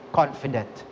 confident